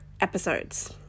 Episodes